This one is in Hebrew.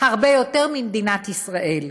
הרבה יותר ממדינת ישראל.